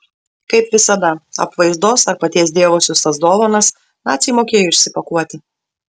kaip visada apvaizdos ar paties dievo siųstas dovanas naciai mokėjo išsipakuoti